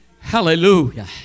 Hallelujah